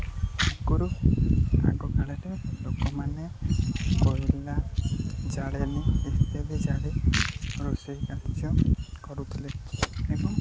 ଆଗରୁ ଆଗ କାଳରେ ଲୋକମାନେ କୋଇଲା ଜଳେଣି ଇତ୍ୟାଦି ଜାଳି ରୋଷେଇ କାର୍ଯ୍ୟ କରୁଥିଲେ ଏବଂ